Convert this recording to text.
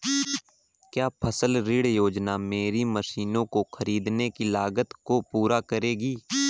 क्या फसल ऋण योजना मेरी मशीनों को ख़रीदने की लागत को पूरा करेगी?